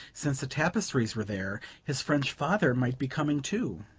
since the tapestries were there, his french father might be coming too.